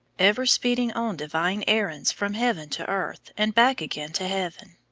ever speeding on divine errands from heaven to earth and back again to heaven,